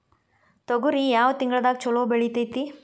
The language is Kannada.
ತೊಗರಿ ಯಾವ ತಿಂಗಳದಾಗ ಛಲೋ ಬೆಳಿತೈತಿ?